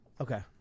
Okay